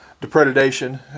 depredation